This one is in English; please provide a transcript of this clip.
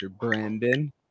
Brandon